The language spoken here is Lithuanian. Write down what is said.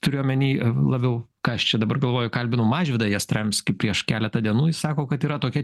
turiu omeny labiau ką aš čia dabar galvoju kalbinau mažvydą jastramskį prieš keletą dienų jis sako kad yra tokia